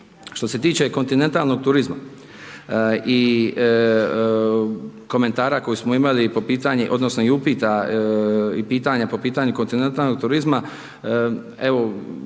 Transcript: Što se tiče kontinentalnog turizma i komentara koje smo imali i po pitanju, odnosno i upita i pitanja po pitanju kontinentalnog turizma, evo